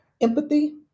empathy